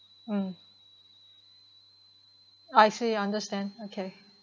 mm I see understand okay